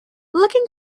looking